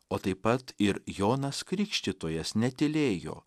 o taip pat ir jonas krikštytojas netylėjo